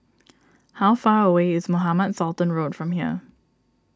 how far away is Mohamed Sultan Road from here